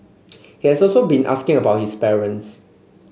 he has also been asking about his parents